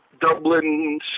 Dublin